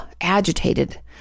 agitated